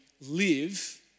live